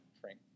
Frank